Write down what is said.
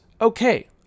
okay